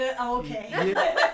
Okay